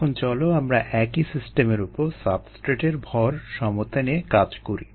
এখন চলো আমরা একই সিস্টেমের উপর সাবস্ট্রেটের ভর সমতা নিয়ে কাজ করি